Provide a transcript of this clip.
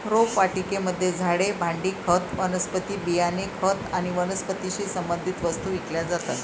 रोपवाटिकेमध्ये झाडे, भांडी, खत, वनस्पती बियाणे, खत आणि वनस्पतीशी संबंधित वस्तू विकल्या जातात